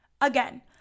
Again